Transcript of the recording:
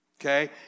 Okay